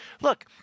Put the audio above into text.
Look